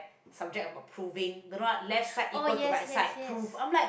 subject about proving don't know what left side equal to right side prove I'm like